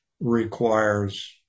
requires